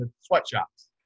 sweatshops